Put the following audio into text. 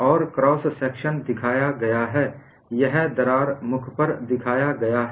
और cross section दिखाया गया है यह दरार मुख पर दिखाया गया है